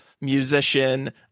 musician